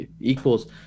equals